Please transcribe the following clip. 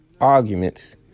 arguments